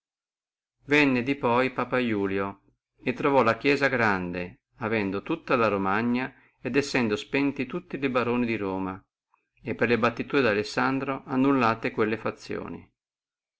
venne di poi papa iulio e trovò la chiesia grande avendo tutta la romagna e sendo spenti e baroni di roma e per le battiture di alessandro annullate quelle fazioni